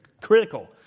critical